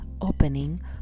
opening